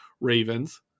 Ravens